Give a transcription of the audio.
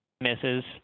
Misses